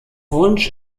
wunsch